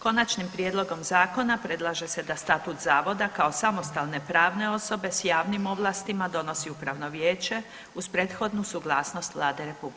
Konačnim prijedloga zakona predlaže se da statut zavoda kao samostalne pravne osobe s javnim osobama donosi upravno vijeće uz prethodnu suglasnost Vlade RH.